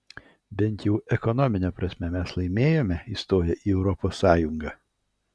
bent jau ekonomine prasme mes laimėjome įstoję į europos sąjungą